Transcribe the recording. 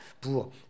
pour